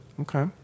Okay